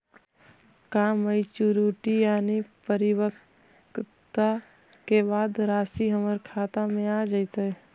का मैच्यूरिटी यानी परिपक्वता के बाद रासि हमर खाता में आ जइतई?